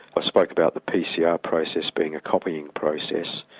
ah spoke about the pcr process being a copying process.